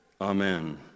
amen